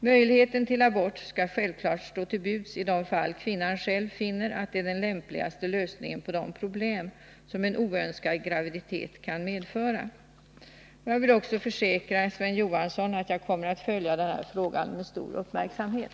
Möjligheten till abort skall självklart stå till buds i de fall kvinnan själv finner att det är den lämpligaste lösningen på de problem som en oönskad graviditet kan medföra. Jag kan försäkra Sven Johansson att jag kommer att följa denna fråga med stor uppmärksamhet.